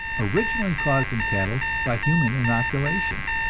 originally caused in cattle by human inoculation,